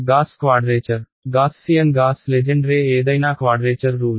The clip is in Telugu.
gas quadrature Gaussian Gauss Legendre ఏదైనా క్వాడ్రేచర్ రూల్